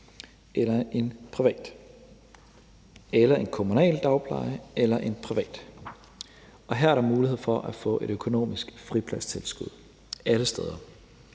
eller en privat eller en kommunal dagpleje eller en privat, og her er der mulighed for at få et økonomisk fripladstilskud alle steder.